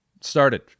started